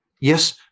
yes